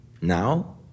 now